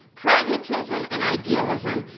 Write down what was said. pragmatism and idealism,